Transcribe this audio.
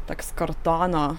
toks kartono